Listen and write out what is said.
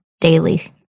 daily